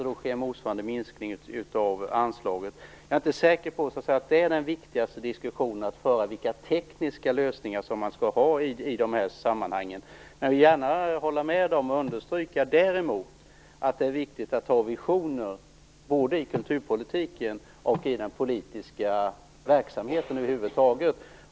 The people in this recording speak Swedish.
Men då sker motsvarande minskning av anslaget. Jag är inte säker på att den viktigaste diskussionen att föra är vilka tekniska lösningar man skall ha i de här sammanhangen. Jag vill däremot gärna hålla med om och understryka att det är viktigt att ha visioner, både i kulturpolitiken och i den politiska verksamheten över huvud taget.